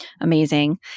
Amazing